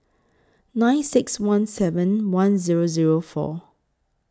nine six one seven one Zero Zero four